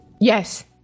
Yes